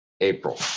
April